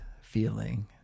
feeling